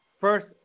first